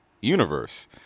universe